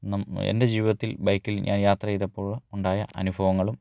എൻ്റെ ജീവിതത്തിൽ ബൈക്കിൽ ഞാൻ യാത്ര ചെയ്തപ്പോൾ ഉണ്ടായ അനുഭവങ്ങളും